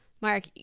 Mark